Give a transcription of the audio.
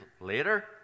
later